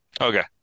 Okay